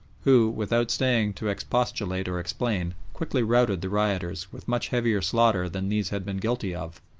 who, without staying to expostulate or explain, quickly routed the rioters with much heavier slaughter than these had been guilty of,